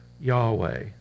Yahweh